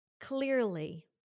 clearly